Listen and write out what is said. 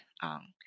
on